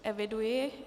Eviduji.